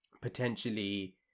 potentially